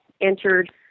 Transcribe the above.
entered